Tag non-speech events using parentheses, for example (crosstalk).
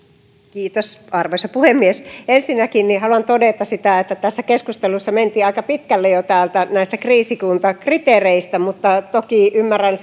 kiitos arvoisa puhemies ensinnäkin haluan todeta että tässä keskustelussa mentiin aika pitkälle jo näistä kriisikuntakriteereistä mutta toki ymmärrän (unintelligible)